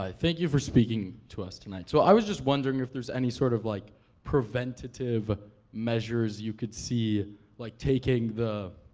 thank you for speaking to us tonight. so i was just wondering if there's any sort of like preventative measures you could see like taking the,